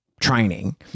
training